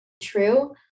true